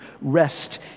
rest